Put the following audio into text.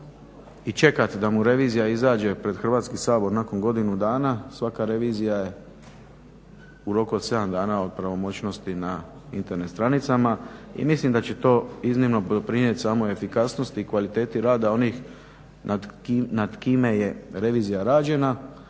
i čekati da mu revizija izađe pred Hrvatski sabor nakon godinu dana, svaka revizija u roku od 7 dana od pravomoćnosti na internet stranicama. I mislim da će to iznimno doprinijeti samoj efikasnosti i kvaliteti rada onih nad kime je revizija rađena.